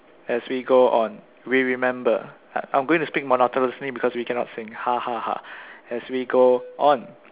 as we go on we remember I I'm going to speak monotonously because we can not sing ha ha ha as we go on